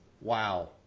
Wow